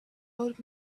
old